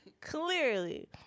Clearly